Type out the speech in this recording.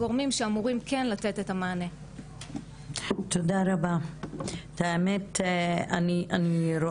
אני רואה שגם אפילו תופעות שיש להן,